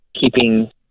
keeping